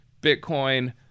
Bitcoin